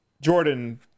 Jordan